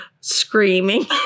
screaming